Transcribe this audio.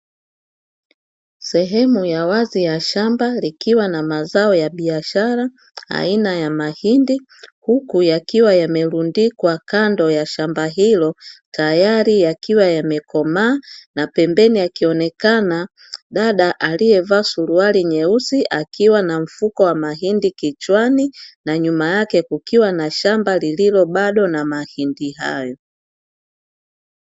Sehemu ya wazi ya shamba likiwa na mazao ya biashara aina ya mahindi, huku yakiwa yamerundikwa kando ya shamba hilo tayari yakiwa yamekomaa na pembeni yake akionekana dada aliyevaa suruali nyeusi, akiwa na mfuko wa mahindi kichwani na nyuma kukiwa na shamba lililo bado na mahindi hayo.